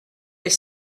est